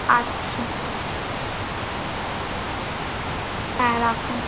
আচ্ছা হ্যাঁ রাখুন